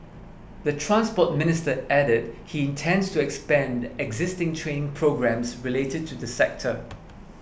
the Transport Minister added he intends to expand existing training programmes related to the sector